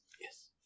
yes